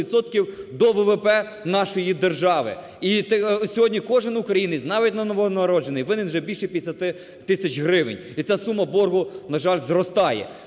до ВВП нашої держави, і сьогодні кожен українець, навіть новонароджений, винен вже більше 50 тисяч гривень і ця сума боргу, на жаль, зростає.